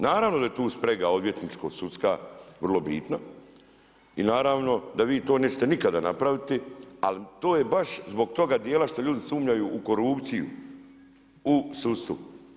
Naravno da je tu sprega odvjetničko sudska vrlo bitna i naravno da vi to neće nikada napraviti ali to je baš zbog toga djela što ljudi sumnjaju u korupciju u sudstvu.